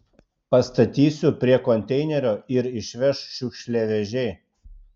pastatysiu prie konteinerio ir išveš šiukšliavežiai